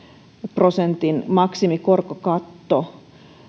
prosentin maksimikorkokatto